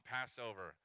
Passover